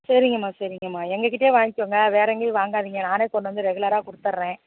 சரிங்கம்மா சரிங்கம்மா எங்கள் கிட்டேயே வாங்கிக்கங்க வேறு எங்கேயும் வாங்காதிங்க நானே கொண்டாந்து ரெகுலராக கொடுத்தர்றேன்